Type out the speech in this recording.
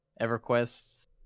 EverQuest